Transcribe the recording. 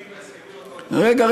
רגע,